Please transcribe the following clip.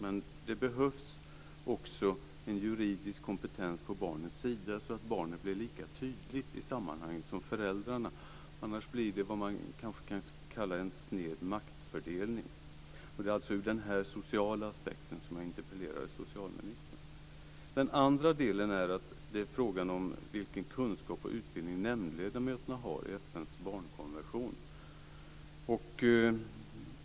Men det behövs också en juridisk kompetens på barnets sida, så att barnet blir lika tydligt i sammanhanget som föräldrarna, annars blir det vad man kalla en sned maktfördelning. Det var alltså ur denna sociala aspekt som jag interpellerade socialministern. Den andra delen är frågan om vilken kunskap och utbildning i FN:s barnkonvention som nämndledamöterna har.